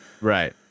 Right